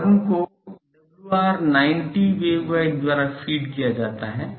horn को WR 90 waveguide द्वारा feed किया जाता है